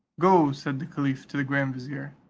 go, said the caliph to the grand vizier,